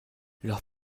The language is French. leurs